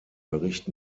bericht